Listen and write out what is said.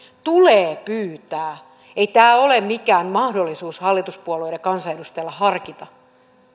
tulee pyytää ei tämä ole mikään mahdollisuus hallituspuolueiden kansanedustajille harkita